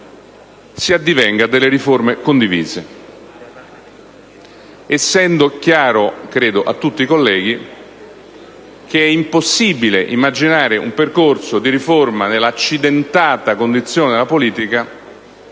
si addivenga a delle riforme condivise, essendo chiaro - credo - a tutti i colleghi che è impossibile immaginare un percorso di riforma nell'accidentata condizione della politica